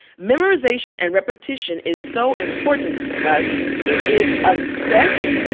memorization and repetition is so important because it is a set